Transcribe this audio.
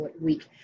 week